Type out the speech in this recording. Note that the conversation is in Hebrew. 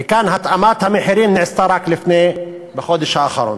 וכאן התאמת המחירים נעשתה רק בחודש האחרון.